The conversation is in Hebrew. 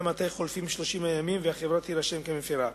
מתי חולפים 30 הימים והחברה תירשם כמפירה.